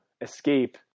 escape